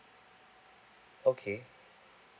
okay